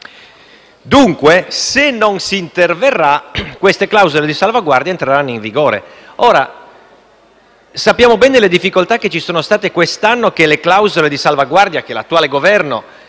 Dunque, se non si interverrà, queste clausole di salvaguardia entreranno in vigore. Conosciamo bene le difficoltà che ci sono state quest'anno quando le clausole di salvaguardia, che l'attuale Governo